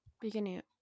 Beginning